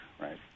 right